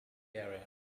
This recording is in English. area